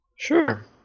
Sure